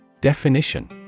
Definition